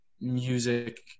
music